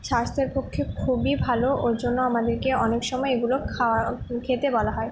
স্বাস্থ্যের পক্ষে খুবই ভালো ওর জন্য আমাদেরকে অনেক সময় এইগুলো খাওয়া খেতে বলা হয়